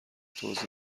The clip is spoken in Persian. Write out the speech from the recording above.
توضیح